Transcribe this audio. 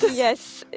yes,